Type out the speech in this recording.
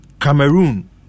Cameroon